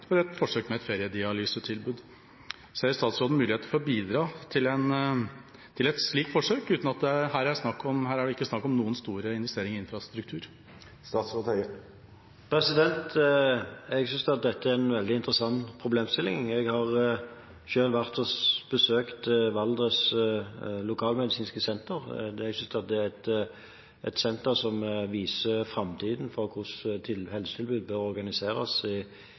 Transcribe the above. forsøk med et feriedialysetilbud. Ser statsråden muligheter for å bidra til et slikt forsøk? Her er det ikke snakk om noen store investeringer i infrastruktur. Jeg synes at dette er en veldig interessant problemstilling. Jeg har selv vært og besøkt Valdres Lokalmedisinske Senter. Det er et senter som viser hvordan helsetilbudet i Norge bør organiseres